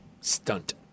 Stunt